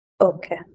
Okay